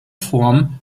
form